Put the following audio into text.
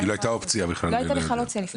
לא הייתה בכלל אופציה לפני.